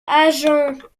agents